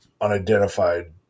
unidentified